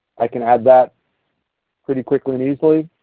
i can add that pretty quickly and easily.